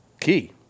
key